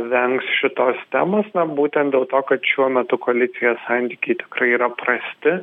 vengs šitos temos na būtent dėl to kad šiuo metu koalicijoje santykiai tikrai yra prasti